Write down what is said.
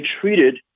treated